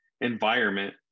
environment